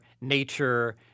nature